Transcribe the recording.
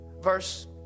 Verse